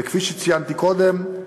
וכפי שציינתי קודם,